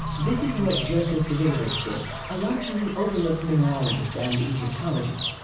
this is what joseph davidovits did! a largely overlooked mineralogist and egyptologist.